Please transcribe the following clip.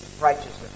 righteousness